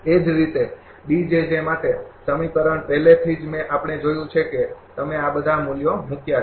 એ જ રીતે માટે સમીકરણ પહેલાથી જ આપણે જોયું છે કે તમે આ બધા મૂલ્યો મૂક્યા છે